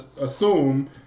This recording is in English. assume